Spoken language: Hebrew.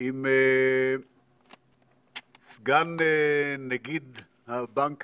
עם סגן נגיד הבנק